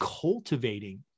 cultivating